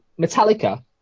Metallica